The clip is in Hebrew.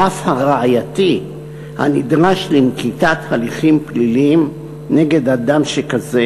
הרף הראייתי הנדרש לנקיטת הליכים פליליים נגד אדם שכזה